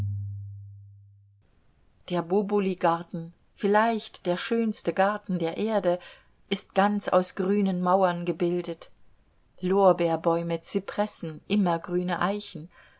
der boboli garten vielleicht der schönste garten der erde ist ganz aus grünen mauern gebildet lorbeerbäume zypressen immergrüne eichen